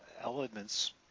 elements